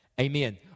Amen